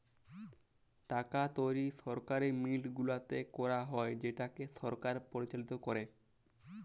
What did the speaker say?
টাকা তৈরি সরকারি মিল্ট গুলাতে ক্যারা হ্যয় যেটকে সরকার পরিচালিত ক্যরে